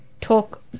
talk